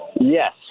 Yes